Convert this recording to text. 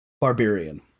barbarian